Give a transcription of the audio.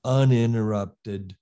uninterrupted